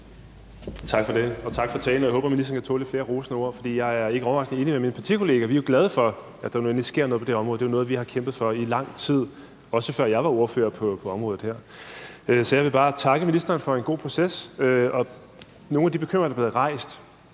(RV): Tak for det, og tak for talen. Jeg håber, at ministeren kan tåle lidt flere rosende ord, for jeg er ikke overraskende enig med mine partikolleger. Vi er glade for, at der nu endelig sker noget på det her område. Det er jo noget, vi har kæmpet for i lang tid, også før jeg var ordfører på området. Så jeg vil bare takke ministeren for en god proces. Med hensyn til nogle af de bekymringer, der er blevet rejst,